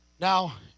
Now